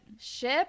Ship